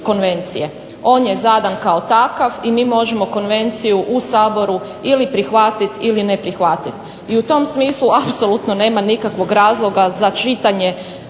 On je zadan kao takav i mi možemo konvenciju u Saboru ili prihvatiti ili ne prihvatiti. I u tom smislu apsolutno nema nikakvog razloga za čitanje